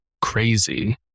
crazy